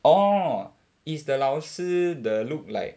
orh is the 老师 the look like